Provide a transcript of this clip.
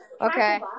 Okay